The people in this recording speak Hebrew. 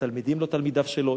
התלמידים הם לא תלמידיו שלו.